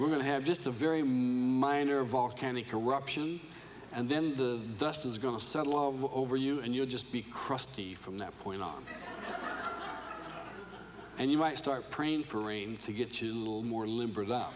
we're going to have just a very minor volcanic eruption and then the dust is going to settle all over you and you'll just be crusty from that point on and you might start praying for rain to get more limb